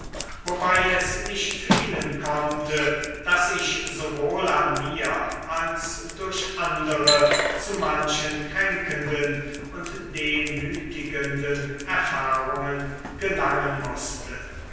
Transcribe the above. wobei es nicht fehlen konnte daß ich sowohl an mir selbst als durch andere zu manchen kränkenden und demütigenden erfahrungen gelangen mußte